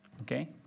okay